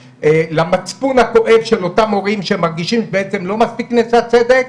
למצפון הכואב של אותם הורים שמרגישים שלא מספיק נעשה צדק,